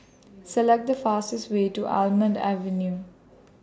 Select The fastest Way to Almond Avenue